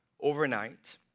overnight